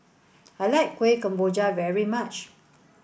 I like Kuih Kemboja very much